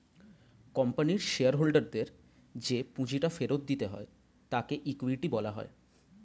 কোম্পানির শেয়ার হোল্ডারদের যে পুঁজিটা ফেরত দিতে হয় তাকে ইকুইটি বলা হয়